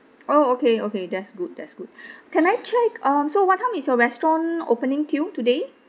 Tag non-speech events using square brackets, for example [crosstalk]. oh okay okay that's good that's good [breath] can I check um so what time is your restaurant opening till today